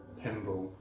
pinball